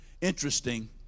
interesting